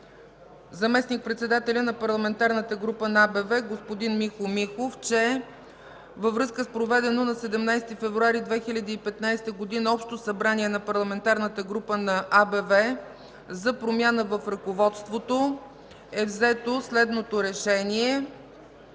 заместник-председателя на Парламентарната група на АБВ господин Михо Михов, че във връзка с проведено на 17 февруари 2015 г. Общо събрание на Парламентарната група на АБВ за промяна в ръководството е взето следното решение: